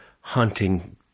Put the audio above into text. hunting